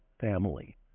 family